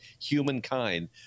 humankind